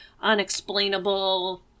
unexplainable